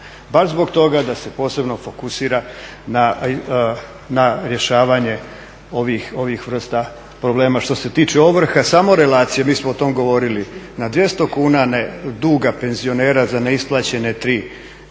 Baš zbog toga da se posebno fokusira na rješavanje ovih vrsta problema. Što se tiče ovrha, samo relacija. Mi smo o tom govorili, na 200 kn duga penzionera za neisplaćene tri